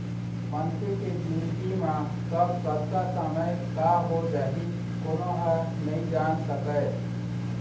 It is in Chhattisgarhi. मनखे के जिनगी म कब, कतका समे का हो जाही कोनो ह नइ जान सकय